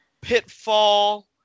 Pitfall